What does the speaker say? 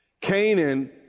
Canaan